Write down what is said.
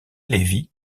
lévy